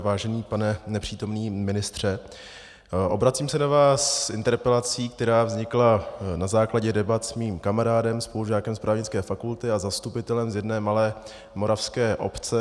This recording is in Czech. Vážený pane nepřítomný ministře, obracím se na vás s interpelací, která vznikla na základě debat s mým kamarádem spolužákem z právnické fakulty a zastupitelem z jedné malé moravské obce.